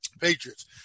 Patriots